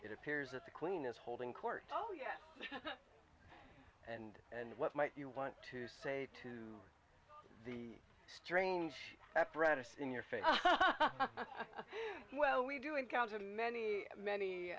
it appears that the queen is holding court oh yes and and what might you want to say to the strange apparatus in your face well we do encounter many many